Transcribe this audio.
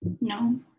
No